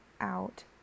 out